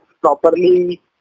properly